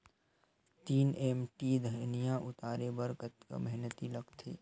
तीन एम.टी धनिया उतारे बर कतका मेहनती लागथे?